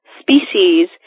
species